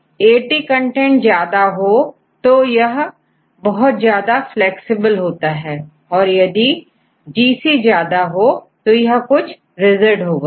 AT contents ज्यादा हो तो यह बहुत ज्यादा फ्लैक्सिबल होगा और यदिGC ज्यादा हो तो यह कुछ rigid होगा